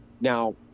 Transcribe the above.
Now